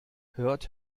hört